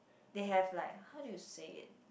they have like how do you say it